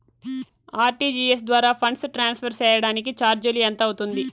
RTGS ద్వారా funds transfer సేయడానికి చార్జీలు ఎంత అవుతుంది